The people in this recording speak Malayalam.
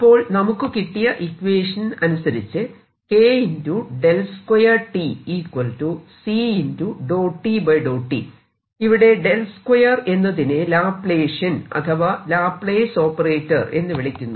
അപ്പോൾ നമുക്ക് കിട്ടിയ ഇക്വേഷൻ അനുസരിച്ച് ഇവിടെ 2 എന്നതിനെ ലാപ്ലേഷ്യൻ അഥവാ ലാപ്ലേസ് ഓപ്പറേറ്റർ എന്ന് വിളിക്കുന്നു